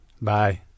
Bye